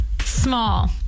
small